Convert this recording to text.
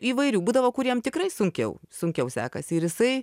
įvairių būdavo kuriem tikrai sunkiau sunkiau sekasi ir jisai